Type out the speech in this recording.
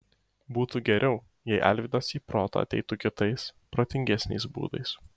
būtų geriau jei alvydas į protą ateitų kitais protingesniais būdais